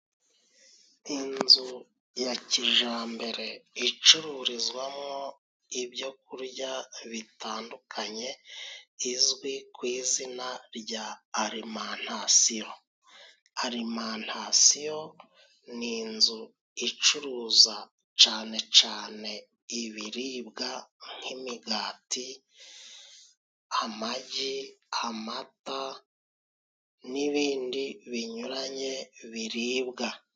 Inzu ya kijambere icururizwamo ibyo kurya bitandukanye izwi ku izina rya alimantasiyo. Arimantasiyo ni inzu icuruza cane cane ibiribwa nk'imigati, amagi, amata n'ibindi binyuranye biribwa.